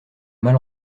mal